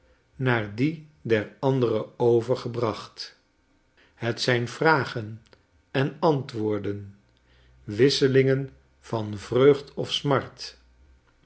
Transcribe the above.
naar die der andere overgebracht het zijn vragen en antwoorden wisselingen van vreugd of smart